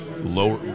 lower